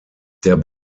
der